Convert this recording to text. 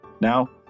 Now